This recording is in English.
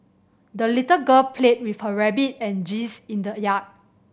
the little girl played with her rabbit and geese in the yard